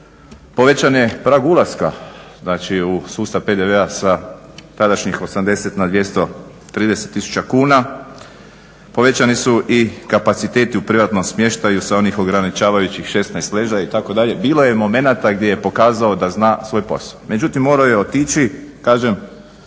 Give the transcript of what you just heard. povećan je prag ulaska u sustav PDV-a sa tadašnjih 80 na 230 tisuća kuna, povećani su i kapaciteti u privatnom smještaju sa onih ograničavajućih 16 ležajeva itd. bilo je momenata gdje je pokazao da zna svoj posao. Međutim, morao je otići kažem.